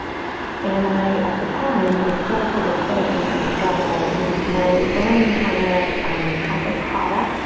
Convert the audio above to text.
and i, at the time, and i still to this day, sometimes struggle when my brain kind of hasn't caught up.